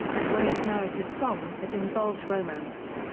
as well as narrative songs that involved romance.